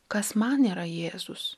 kas man yra jėzus